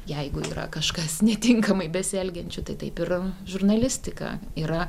jeigu yra kažkas netinkamai besielgiančių tai taip ir žurnalistika yra